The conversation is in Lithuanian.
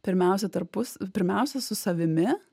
pirmiausia tarpus pirmiausia su savimi